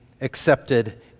accepted